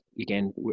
again